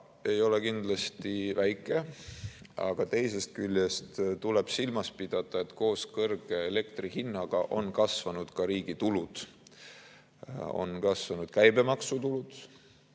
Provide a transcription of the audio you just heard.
ei ole kindlasti väike. Aga teisest küljest tuleb silmas pidada, et koos kõrge elektri hinnaga on kasvanud ka riigi tulud. Oluliselt on kasvanud käibemaksutulud